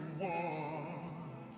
one